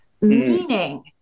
Meaning